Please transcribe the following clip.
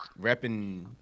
repping